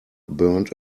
burned